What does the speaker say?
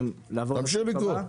תמשיך לקרוא.